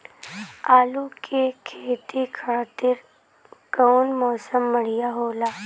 आलू के खेती खातिर कउन मौसम बढ़ियां होला?